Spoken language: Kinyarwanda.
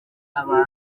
abantu